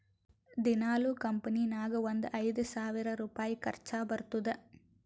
ದಿನಾಲೂ ಕಂಪನಿ ನಾಗ್ ಒಂದ್ ಐಯ್ದ ಸಾವಿರ್ ರುಪಾಯಿ ಖರ್ಚಾ ಬರ್ತುದ್